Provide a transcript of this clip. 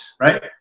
right